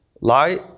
light